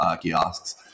kiosks